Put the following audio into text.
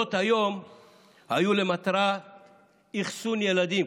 מעונות היום היו למטרת אכסון ילדים.